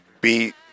beat